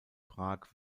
prag